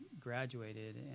graduated